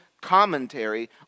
commentary